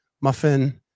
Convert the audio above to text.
muffin